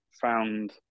found